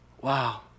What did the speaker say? wow